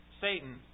Satan